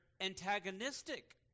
antagonistic